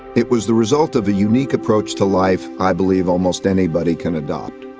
it was the result of a unique approach to life i believe almost anybody can adopt.